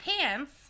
pants